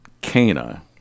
Cana